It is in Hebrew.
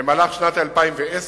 במהלך שנת 2010,